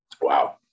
Wow